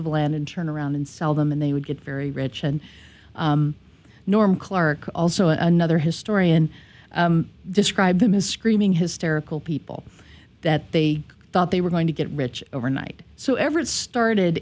of land and turn around and sell them and they would get very rich and norm clark also another historian described them as screaming hysterical people that they thought they were going to get rich overnight so everett started